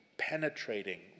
penetrating